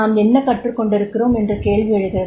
நாம் என்ன கற்றுக் கொண்டிருக்கிறோம் என்ற கேள்வி எழுகிறது